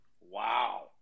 Wow